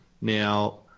now